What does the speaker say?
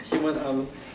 human arms